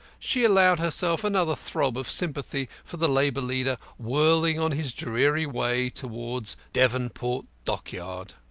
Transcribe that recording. she allowed herself another throb of sympathy for the labour leader whirling on his dreary way towards devonport dockyard.